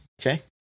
Okay